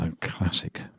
classic